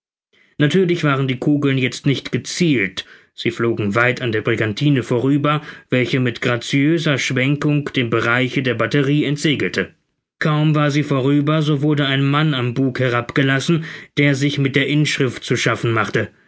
natürlich waren die kugeln jetzt nicht gezielt sie flogen weit an der brigantine vorüber welche mit graziöser schwenkung dem bereiche der batterie entsegelte kaum war sie vorüber so wurde ein mann am bug herabgelassen der sich mit der inschrift zu schaffen machte